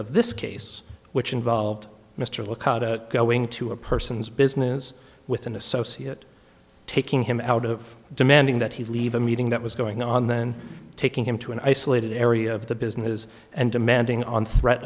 of this case which involved mr lookout to go into a person's business with an associate taking him out of demanding that he leave a meeting that was going on then taking him to an isolated area of the business and demanding on threat